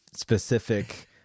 specific